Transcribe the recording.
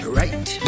right